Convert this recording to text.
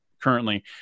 currently